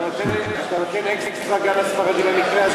אתה נותן "אקסטרה" גם לספרדים במקרה הזה?